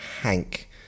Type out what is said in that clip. Hank